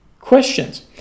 questions